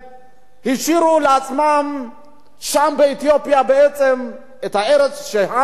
השאירו שם באתיופיה בעצם את הארץ ששם נולדו,